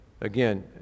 Again